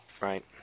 Right